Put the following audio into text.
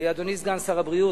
אדוני סגן שר הבריאות,